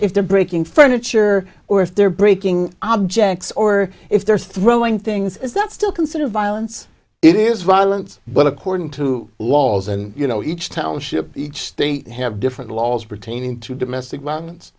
if they're breaking furniture or if they're breaking objects or if they're throwing things is that still considered violence it is violence but according to laws and you know each township each state have different laws pertaining to domestic violence